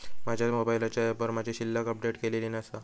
माझ्या मोबाईलच्या ऍपवर माझी शिल्लक अपडेट केलेली नसा